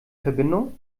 verbindung